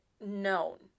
known